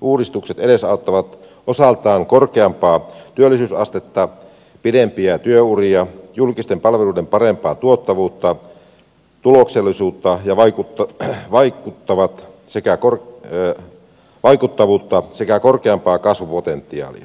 uudistukset osaltaan edesauttavat korkeampaa työllisyysastetta pidempiä työuria julkisten palveluiden parempaa tuottavuutta tuloksellisuutta ja vaikuttaa tähän vaikuttavat sekä korppe vaikuttavuutta sekä korkeampaa kasvupotentiaalia